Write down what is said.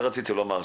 זה מה שרציתי לומר.